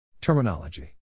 Terminology